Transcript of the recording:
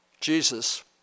Jesus